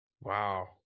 wow